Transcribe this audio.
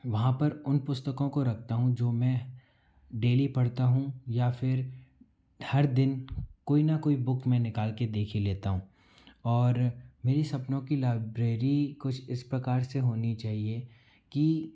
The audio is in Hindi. वहाँ पर उन पुस्तकों को रखता हूँ जो मैं डेली पढ़ता हूँ या फिर हर दिन कोई ना कोई बुक मैं निकाल के देखी लेता हूँ और मेरी सपनों की लाइब्रेरी कुछ इस प्रकार से होनी चाहिए कि